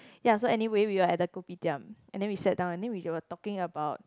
ya so anyway we were at the kopitiam and then we sat down and then we were talking about